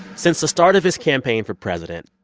since the start of his campaign for president,